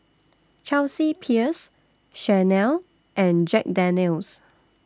Chelsea Peers Chanel and Jack Daniel's